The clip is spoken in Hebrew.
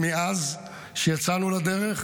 מאז שיצאנו לדרך,